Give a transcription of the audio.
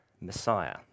Messiah